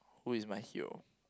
who is my hero